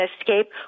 escape